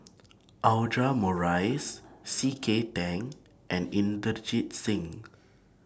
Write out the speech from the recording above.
Audra Morrice C K Tang and Inderjit Singh